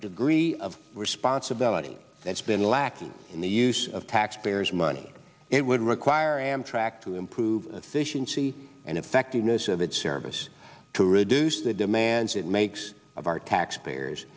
degree of responsibility that's been lacking in the use of taxpayers money it would require amtrak to improve the efficiency and effectiveness of its service to reduce the demands it makes of our taxpayers